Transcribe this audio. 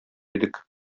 идек